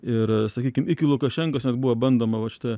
ir sakykim iki lukašenkos net buvo bandoma vat šita